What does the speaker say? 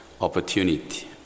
opportunity